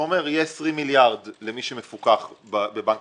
הוא אומר: יהיה 20 מיליארד למי שמפוקח בבנק